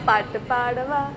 பாட்டு பாடவா:paatu paadavaa